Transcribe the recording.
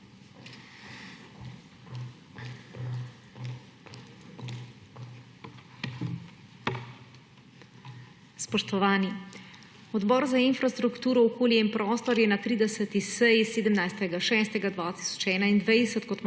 Spoštovani! Odbor za infrastrukturo, okolje in prostor je na 30. seji 17. 6. 2021